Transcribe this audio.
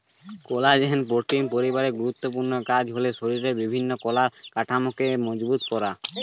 collagen protein পরিবারের গুরুত্বপূর্ণ কাজ হলো শরীরের বিভিন্ন কলার কাঠামোকে মজবুত করা